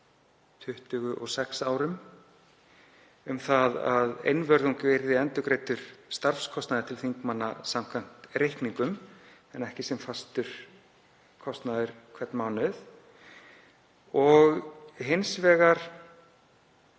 26 árum um að einvörðungu yrði endurgreiddur starfskostnaður til þingmanna samkvæmt reikningum en ekki sem fastur kostnaður hvern mánuð og hins vegar